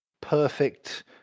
perfect